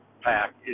pack